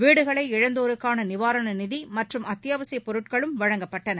வீடுகளை இழந்தோருக்கான நிவாரண நிதி மற்றும் அத்தியாவசியப் பொருட்களும் வழங்கப்பட்டன